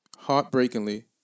heartbreakingly